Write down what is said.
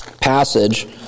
passage